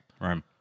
Right